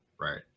right